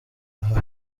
aha